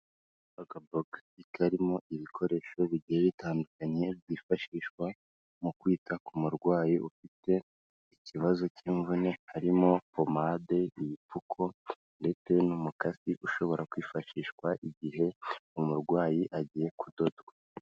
Akabox karimo ibikoresho bigiye bitandukanye byifashishwa mu kwita ku murwayi ufite ikibazo cy'imvune, harimo pomade, ibipfuko ndetse n'umukasi ushobora kwifashishwa igihe umurwayi agiye kudodwa.